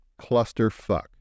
Clusterfuck